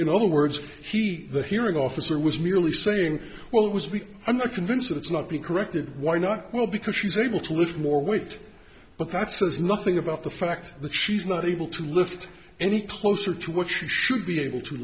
in other words he the hearing officer was merely saying well it was we i'm not convinced that it's not be corrected why not well because she's able to lift more weight but that says nothing about the fact that she's not able to lift any closer to what she should be able to